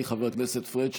חבר הכנסת פריג',